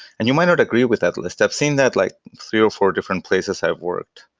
and you might not agree with that list. i've seen that like three or four different places i've worked.